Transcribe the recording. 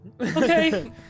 Okay